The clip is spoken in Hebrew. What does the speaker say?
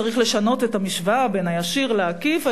צריך לשנות את המשוואה בין הישיר לעקיף,